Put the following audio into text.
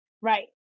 Right